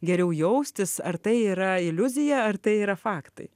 geriau jaustis ar tai yra iliuzija ar tai yra faktai